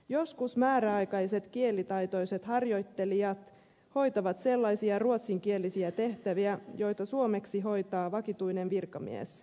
joskus määräaikaiset kielitaitoiset harjoittelijat hoitavat sellaisia ruotsinkielisiä tehtäviä joita suomeksi hoitaa vakituinen virkamies